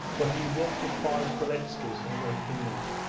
but he walked as far as beletski's, and went in there.